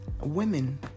women